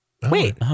Wait